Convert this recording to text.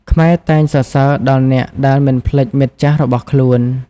ខ្មែរតែងសរសើរដល់អ្នកដែលមិនភ្លេចមិត្តចាស់របស់ខ្លួន។